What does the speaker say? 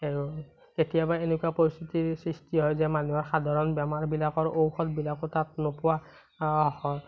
আৰু কেতিয়াবা এনেকুৱা পৰিস্থিতিৰ সৃষ্টি হয় যে মানুহে সাধাৰণ বেমাৰবিলাকৰ ঔষধবিলাকো তাত নোপোৱা হয়